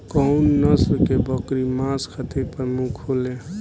कउन नस्ल के बकरी मांस खातिर प्रमुख होले?